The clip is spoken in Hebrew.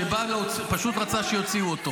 שפשוט רצה שיוציאו אותו.